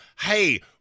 hey